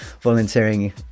volunteering